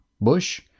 bush